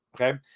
Okay